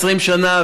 20 שנה,